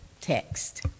text